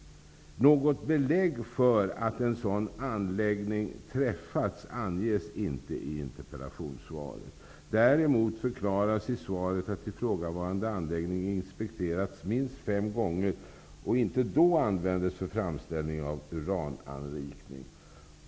Något belägg för att en sådan anläggning har träffats anges inte i interpellationssvaret. Däremot förklaras i svaret att ifrågavarande anläggning har inspekterats minst fem gånger och att den inte då användes för framställning av urananrikning.